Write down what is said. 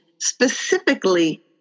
specifically